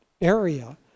area